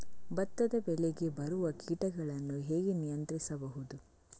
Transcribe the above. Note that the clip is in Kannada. ಭತ್ತದ ಬೆಳೆಗೆ ಬರುವ ಕೀಟಗಳನ್ನು ಹೇಗೆ ನಿಯಂತ್ರಿಸಬಹುದು?